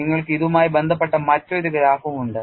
നിങ്ങൾക്ക് ഇതുമായി ബന്ധപ്പെട്ട മറ്റൊരു ഗ്രാഫും ഉണ്ട്